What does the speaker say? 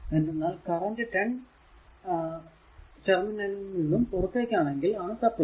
എന്തെന്നാൽ കറൻറ് 10 ടെർമിനലിൽ നിന്നും പുറത്തേക്ക് ആണെങ്കിൽ ആണ് സപ്ലൈ